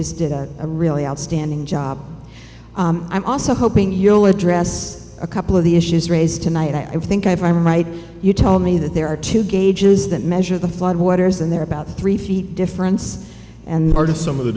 just did a really outstanding job i'm also hoping you'll address a couple of the issues raised tonight i think i'm right you told me that there are two gauges that measure the floodwaters and they're about three feet difference and are to some of the